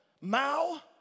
Mao